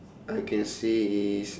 I can say is